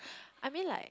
I mean like